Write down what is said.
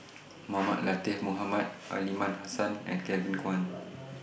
Mohamed Latiff Mohamed Aliman Hassan and Kevin Kwan